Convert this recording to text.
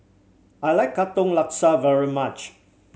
I like Katong Laksa very much